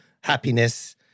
happiness